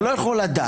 אתה לא יכול לדעת.